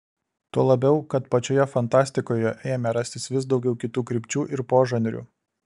tuo labiau kad pačioje fantastikoje ėmė rastis vis daugiau kitų krypčių ir požanrių